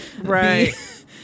right